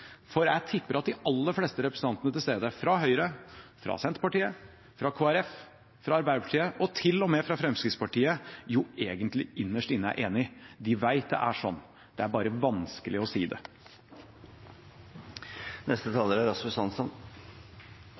for jeg tipper at de aller fleste representantene som er til stede, fra Høyre, fra Senterpartiet, fra Kristelig Folkeparti, fra Arbeiderpartiet og til og med fra Fremskrittspartiet, egentlig innerst inne er enig. De vet det er sånn, det er bare vanskelig å si det. Det er